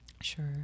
sure